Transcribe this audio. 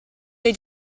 dei